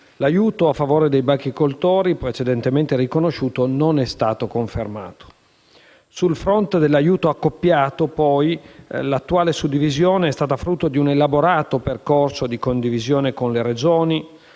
l'aiuto a favore dei bachicoltori precedentemente riconosciuto non è stato confermato. Sul fronte dell'aiuto accoppiato, poi, l'attuale suddivisione è stata frutto di un elaborato percorso di condivisione con le Regioni,